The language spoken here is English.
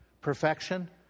Perfection